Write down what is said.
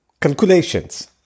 Calculations